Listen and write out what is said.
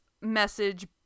message